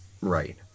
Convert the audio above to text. right